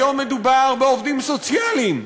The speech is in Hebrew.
היום מדובר בעובדים סוציאליים,